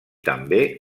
també